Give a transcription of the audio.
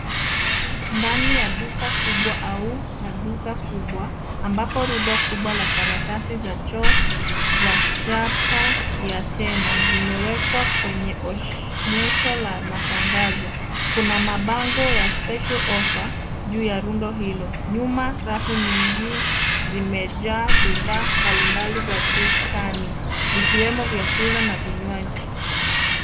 Ndani ya duka kubwa au maduka kubwa, ambapo rudo kubwa la karatasi za choo za chapa ya tena zimewekwa kwenye onyesho la matangazo. Kuna mabango ya special offer juu ya rundo hilo. Nyuma, rafu nyingi zimejaa bidhaa mbalimbali za dukani, zikiwemo vyakula na vinywaji.